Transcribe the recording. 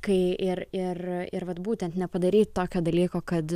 kai ir ir ir vat būtent nepadarei tokio dalyko kad